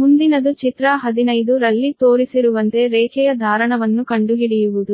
ಮುಂದಿನದು ಚಿತ್ರ 15 ರಲ್ಲಿ ತೋರಿಸಿರುವಂತೆ ರೇಖೆಯ ಧಾರಣವನ್ನು ಕಂಡುಹಿಡಿಯುವುದು